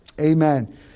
Amen